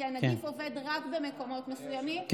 כי הנגיף עובד רק במקומות מסוימים,